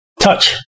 Touch